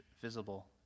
visible